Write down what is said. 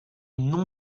non